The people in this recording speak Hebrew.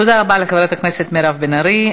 תודה רבה לחברת הכנסת מירב בן ארי.